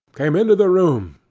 came into the room,